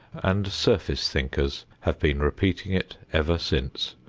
and surface-thinkers have been repeating it ever since,